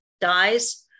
dies